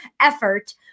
effort